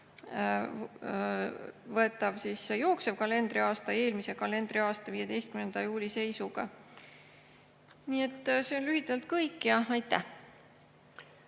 võetav jooksev kalendriaasta eelmise kalendriaasta 15. juuli seisuga. See on lühidalt kõik. Aitäh!